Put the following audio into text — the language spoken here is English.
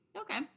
Okay